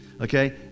Okay